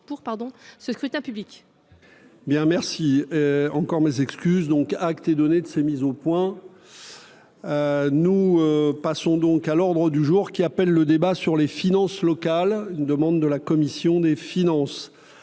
pardon ce scrutin public. Bien, merci encore mes excuses donc acte et donner de ces mises au point, nous passons donc à l'ordre du jour qui appelle le débat sur les finances locales, une demande de la commission des finances,